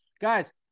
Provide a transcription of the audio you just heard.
guys